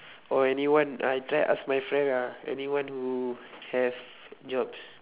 or anyone I try ask my friend ah anyone who have jobs